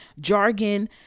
jargon